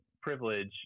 privilege